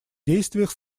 действиях